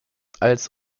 als